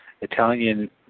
Italian